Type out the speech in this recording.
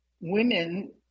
women